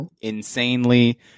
insanely